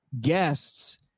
guests